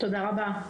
תודה רבה.